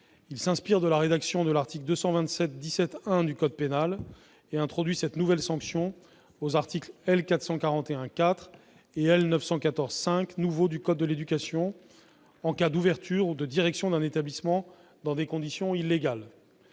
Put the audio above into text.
. S'inspirant de la rédaction de l'article 227-17-1 du code pénal, il introduit cette nouvelle sanction aux articles L. 441-4 et L. 914-5 nouveaux du code de l'éducation en cas d'ouverture ou de direction d'un établissement dans des conditions illégales.